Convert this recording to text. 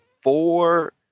four